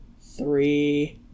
three